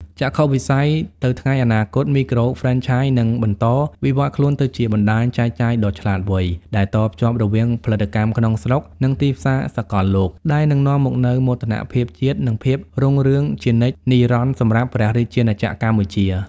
ចក្ខុវិស័យទៅថ្ងៃអនាគត មីក្រូហ្វ្រេនឆាយនឹងបន្តវិវត្តខ្លួនទៅជាបណ្តាញចែកចាយដ៏ឆ្លាតវៃ ដែលតភ្ជាប់រវាងផលិតកម្មក្នុងស្រុក និងទីផ្សារសកលលោក ដែលនឹងនាំមកនូវមោទនភាពជាតិ និងភាពរុងរឿងជានិច្ចនិរន្តរ៍សម្រាប់ព្រះរាជាណាចក្រកម្ពុជា។